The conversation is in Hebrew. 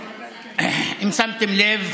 אם שמתם לב,